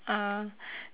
uh